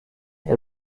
elle